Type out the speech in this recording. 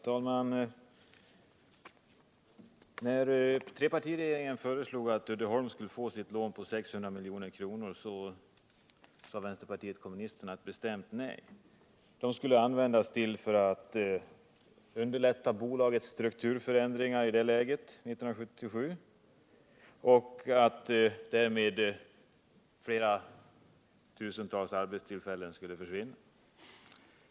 Herr talman! När trepartiregeringen föreslog att Uddeholms AB skulle få sitt lån på 600 milj.kr. sade vänsterpartiet kommunisterna ett bestämt nej. Pengarna skulle användas för att underlätta bolagets strukturförändringar 1977, och därmed skulle tusentals arbetstillfällen försvinna.